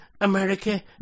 America